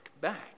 back